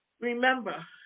remember